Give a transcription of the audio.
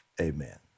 Amen